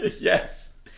Yes